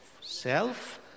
self